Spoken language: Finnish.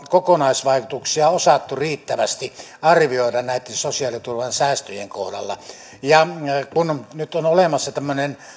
kokonaisvaikutuksia osattu riittävästi arvioida näitten sosiaaliturvan säästöjen kohdalla ja kun nyt on olemassa tämmöinen